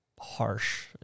harsh